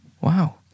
Wow